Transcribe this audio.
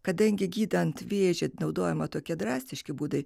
kadangi gydant vėžį naudojami tokie drastiški būdai